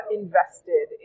invested